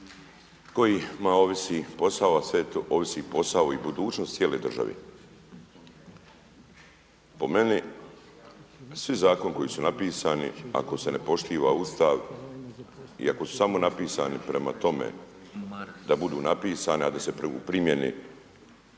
posao, ovisi posao i budućnost cijeloj državi. Po meni svi zakoni koji su napisani ako se ne poštiva Ustav i ako su samo napisani prema tome da budu napisani, a da se u primjeni